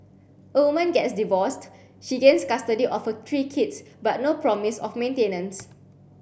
a woman gets divorced she gains custody of her three kids but no promise of maintenance